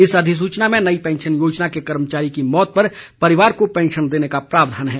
इस अधिसूचना में नई पैंशन योजना के कर्मचारी की मौत पर परिवार को पैंशन देने का प्रावधान है